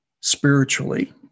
spiritually